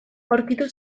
aurkitu